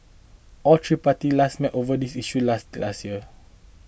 all three parties last met over this issue late last year